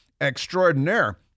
extraordinaire